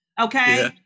Okay